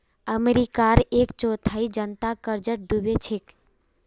अमेरिकार एक चौथाई जनता कर्जत डूबे छेक